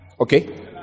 Okay